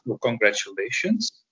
congratulations